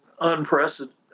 unprecedented